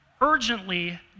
urgently